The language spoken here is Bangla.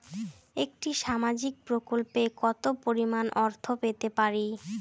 একটি সামাজিক প্রকল্পে কতো পরিমাণ অর্থ পেতে পারি?